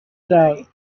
doubt